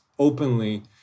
Openly